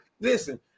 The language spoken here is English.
listen